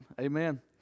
Amen